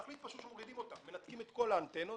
להחליט פשוט שמורידים אותה ומנתקים את כל האנטנות,